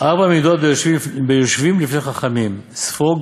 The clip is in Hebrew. ארבע מידות ביושבים לפני חכמים: ספוג,